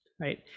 right